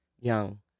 young